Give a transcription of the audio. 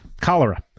Cholera